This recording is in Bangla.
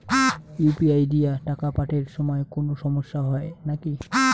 ইউ.পি.আই দিয়া টাকা পাঠের সময় কোনো সমস্যা হয় নাকি?